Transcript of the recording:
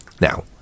now